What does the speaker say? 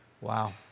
Wow